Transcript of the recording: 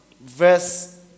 verse